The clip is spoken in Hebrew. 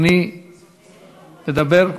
אדוני, דבר.